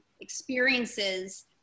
experiences